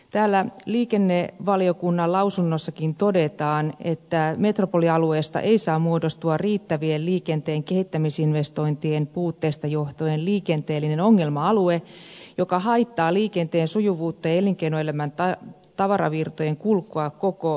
täällä liikennevaliokunnan lausunnossakin todetaan että metropolialueesta ei saa muodostua riittävien liikenteen kehittämisinvestointien puutteesta johtuen liikenteellistä ongelma aluetta joka haittaa liikenteen sujuvuutta ja elinkeinoelämän tavaravirtojen kulkua koko maassa